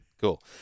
Cool